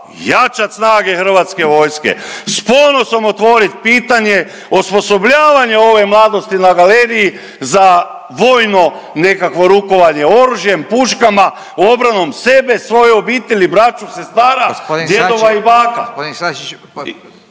jačati snage Hrvatske vojske, s ponosom otvoriti pitanje osposobljavanja ove mladosti na galeriji za vojno nekakvo rukovanje oružjem, puškama, obranom sebe, svoje obitelji, braću, sestara, … .../Upadica: